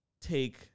take